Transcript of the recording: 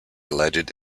alleged